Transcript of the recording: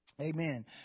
Amen